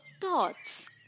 thoughts